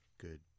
good